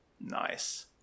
nice